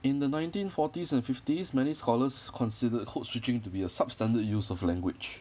in the nineteen forties and fifties many scholars considered code switching to be a substandard use of language